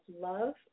love